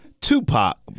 Tupac